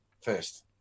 first